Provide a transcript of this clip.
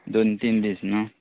दोन तीन दीस न्हू